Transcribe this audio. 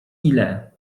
ile